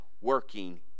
Working